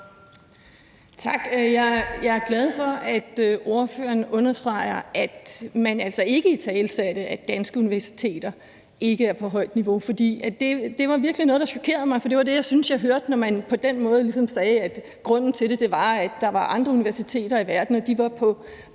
Jeg er glad for, at ordføreren understreger, at man altså ikke italesatte, at danske universiteter ikke er på et højt niveau. For det var virkelig noget, der chokerede mig, for det var det, jeg synes, jeg hørte, når man på den måde ligesom sagde, at grunden til det var, at der var andre universiteter i verden, og de var på